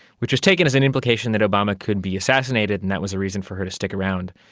which was taken as an implication that obama could be assassinated and that was a reason for her to stick around.